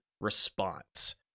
Response